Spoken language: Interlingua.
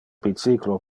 bicyclo